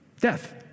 Death